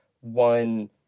one